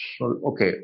Okay